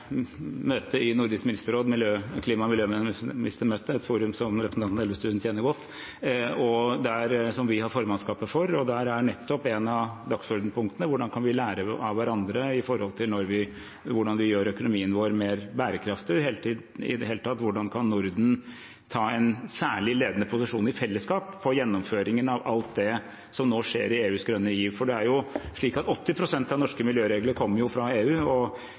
møte i Nordisk ministerråd – klima- og miljøministermøte, et forum som representanten Elvestuen kjenner godt, og som vi har formannskapet for. Der er nettopp et av punktene på dagsordenen hvordan vi kan lære av hverandre med hensyn til hvordan vi gjør økonomien vår mer bærekraftig, og i det hele tatt hvordan Norden kan ta en særlig ledende posisjon i fellesskap på gjennomføringen av alt det som nå skjer i EUs grønne giv. Det er jo slik at 80 pst. av norske miljøregler kommer fra EU, og